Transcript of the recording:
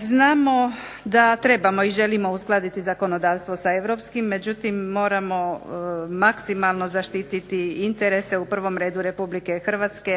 Znamo da trebamo i želimo uskladiti zakonodavstvo sa europskim, međutim moramo maksimalno zaštiti interese u prvom redu RH,